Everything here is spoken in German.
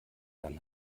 dann